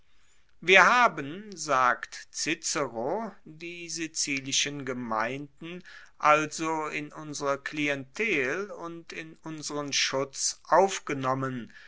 wir haben sagt cicero die sizilischen gemeinden also in unsere klientel und in unseren schutz aufgenommen